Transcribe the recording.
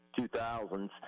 2000s